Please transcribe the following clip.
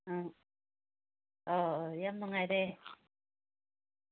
ꯑꯥ ꯑꯧ ꯑꯧ ꯌꯥꯝ ꯅꯨꯡꯉꯥꯏꯔꯦ